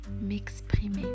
m'exprimer